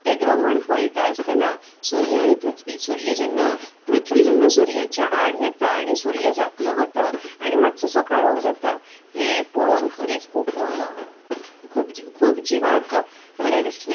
तें ग्रहण पळयता आसतना सूर्य आनी पृथ्वी सूर्य जेन्ना पृथ्वी जेन्ना सूर्याच्या आड येता आनी सूर्य वता आणी मातसोसो काळोख जाता हें पळोवन खरेंच खूब खूब खूब जिवाक बरें दिसलें